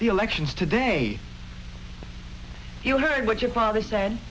the elections today you heard what your father said